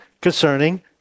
concerning